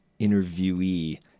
interviewee